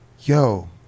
yo